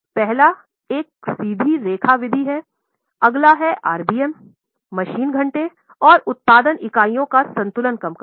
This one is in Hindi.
पहला एक सीधी रेखा विधि है अगला हैं RBM मशीन घंटे और उत्पादन इकाइयों का संतुलन कम करना